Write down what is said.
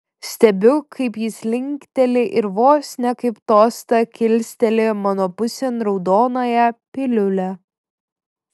stebiu kaip jis linkteli ir vos ne kaip tostą kilsteli mano pusėn raudonąją piliulę